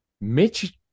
Mitch